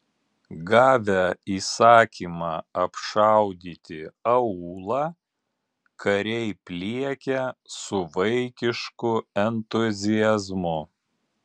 gavę įsakymą apšaudyti aūlą kariai pliekia su vaikišku entuziazmu